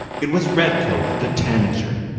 it was redcoat the tanager.